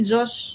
Josh